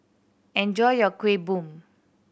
enjoy your Kuih Bom